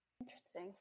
Interesting